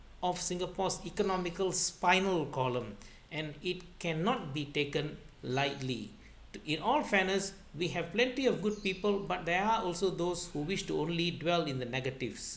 of singapore's economical spinal column and it cannot be taken lightly in all fairness we have plenty of good people but there are also those who wish to only dwell in the negatives